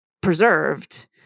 preserved